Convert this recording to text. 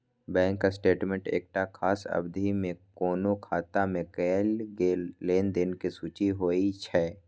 bank statement एकटा खास अवधि मे कोनो खाता मे कैल गेल लेनदेन के सूची होइ छै